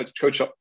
Coach